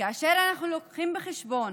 כאשר אנחנו מביאים בחשבון